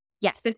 Yes